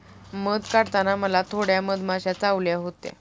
मध काढताना मला थोड्या मधमाश्या चावल्या होत्या